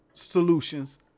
solutions